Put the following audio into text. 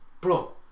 bro